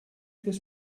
this